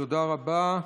תודה רבה.